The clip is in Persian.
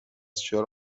چرا